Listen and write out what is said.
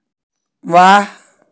वाह